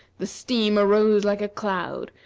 the steam arose like a cloud,